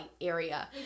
area